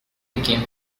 became